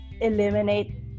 eliminate